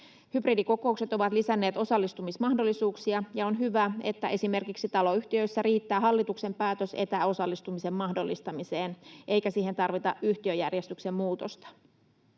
Hybridikokoukset ovat lisänneet osallistumismahdollisuuksia, ja on hyvä, että esimerkiksi taloyhtiöissä riittää hallituksen päätös etäosallistumisen mahdollistamiseen, eikä siihen tarvita yhtiöjärjestyksen muutosta.